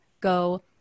go